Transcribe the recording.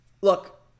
Look